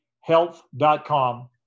health.com